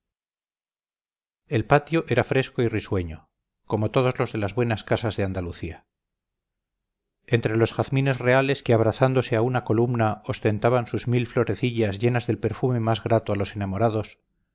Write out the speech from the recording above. el patio era fresco y risueño como todos los de las buenas casas de andalucía entre los jazmines reales que abrazándose a una columna ostentaban sus mil florecillas llenas del perfume más grato a los enamorados